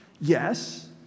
Yes